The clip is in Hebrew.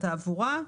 זאת הערה נכונה,